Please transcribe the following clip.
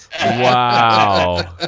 Wow